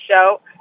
Show